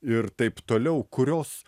ir taip toliau kurios